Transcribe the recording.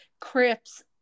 Crips